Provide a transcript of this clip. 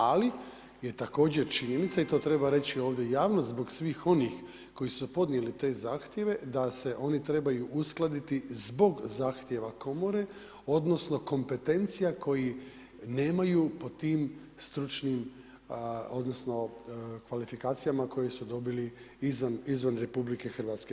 Ali je također činjenica, i to treba reći ovdje javno zbog svih onih koji su podnijeli te zahtjeve, da se oni trebaju uskladiti zbog zahtjeva komore, odnosno kompetencija koji nemaju pod tim stručnim, odnosno kvalifikacijama koje su dobili izvan RH.